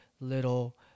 little